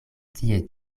tie